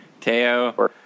Teo